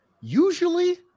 usually